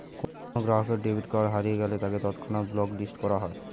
কোনো গ্রাহকের debit card হারিয়ে গেলে তাকে তৎক্ষণাৎ ব্লক লিস্ট করা হয়